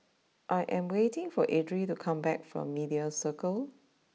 I am waiting for Adriel to come back from Media Circle